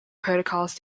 protocols